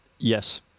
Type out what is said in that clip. Yes